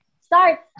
Start